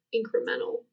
incremental